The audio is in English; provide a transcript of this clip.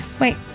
Wait